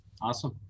Awesome